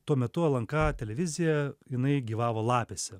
tuo metu lnk televiziją jinai gyvavo lapėse